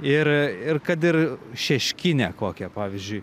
ir ir kad ir šeškinę kokią pavyzdžiui